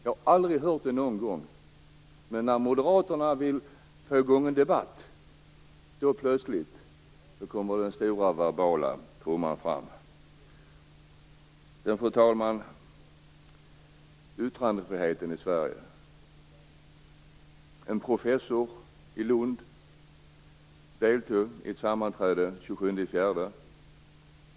Jag har aldrig hört det någon gång. Men när Moderaterna vill få i gång en debatt, då kommer plötsligt den stora verbala trumman fram. Fru talman! Jag vill tala om yttrandefriheten i Sverige. En professor i Lund deltog i ett sammanträde den 27 april.